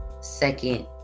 second